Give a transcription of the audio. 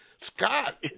Scott